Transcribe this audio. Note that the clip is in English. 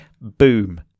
boom